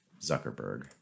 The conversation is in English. Zuckerberg